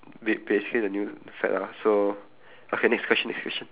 ba~ basically the new fad lah so okay next question next question